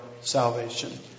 salvation